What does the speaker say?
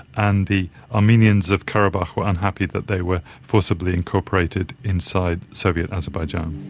and the armenians of karabakh where unhappy that they were forcibly incorporated inside soviet azerbaijan.